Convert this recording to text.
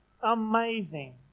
amazing